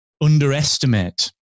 underestimate